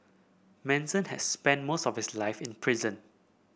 Manson had spent most of his life in prison